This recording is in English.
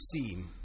seen